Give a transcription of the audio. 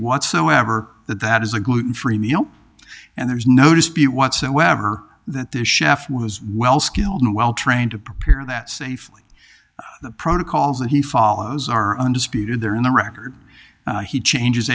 whatsoever that that is a gluten free meal and there's no dispute whatsoever that this chef was well skilled and well trained to prepare that safely the protocols that he follows are undisputed there in the record he changes